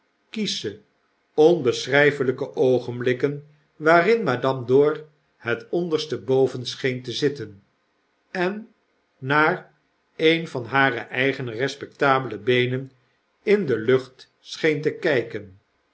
kiesche onbeschrijfelyke oogenbhkken waarin madame dor het onderste boven scheen te zitten en naar een van hare eigene respectabele beenen in de lucht scheen te kyken